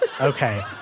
Okay